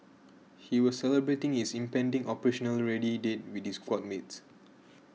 he was celebrating his impending operationally ready date with his squad mates